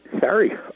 sorry